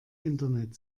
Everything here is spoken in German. internet